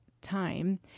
time